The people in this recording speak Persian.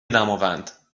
دماوند